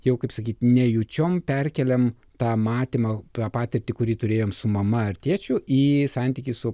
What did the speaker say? jau kaip sakyt nejučiom perkeliam tą matymą tą patirtį kurį turėjom su mama ar tėčiu į santykį su